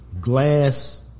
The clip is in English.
Glass